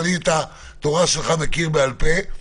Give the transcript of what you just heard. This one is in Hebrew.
את התורה שלך אני מכיר בעל פה,